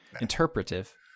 interpretive